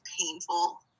painful